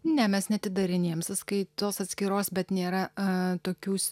ne mes neatidarinėjam sąskaitos atskiros bet nėra a tokių